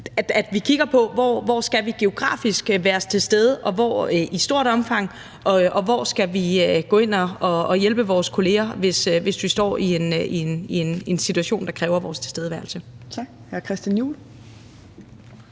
at vi kigger på, hvor vi geografisk skal være til stede og i hvor stort omfang, og hvor vi skal gå ind at hjælpe vores kolleger, hvis de står i en situation, der kræver vores tilstedeværelse. Kl.